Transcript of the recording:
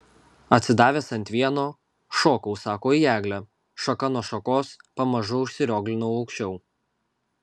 atsidavęs ant vieno šokau sako į eglę šaka nuo šakos pamažu užsirioglinau aukščiau